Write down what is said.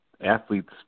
athletes